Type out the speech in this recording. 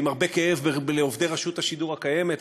עם הרבה כאב לעובדי רשות השידור הקיימת,